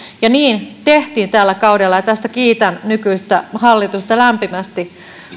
niin tehtiin tällä kaudella ja tästä kiitän nykyistä hallitusta lämpimästi